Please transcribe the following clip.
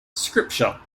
scripture